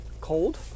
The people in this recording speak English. cold